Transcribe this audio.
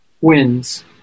wins